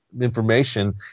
information